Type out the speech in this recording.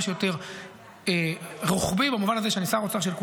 שיותר רוחבי במובן הזה שאני שר אוצר של כולם,